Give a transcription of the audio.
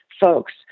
folks